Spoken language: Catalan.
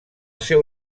seu